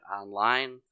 online